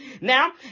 Now